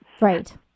Right